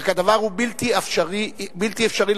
רק הדבר הוא בלתי אפשרי לחלוטין,